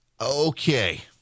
Okay